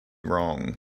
wrong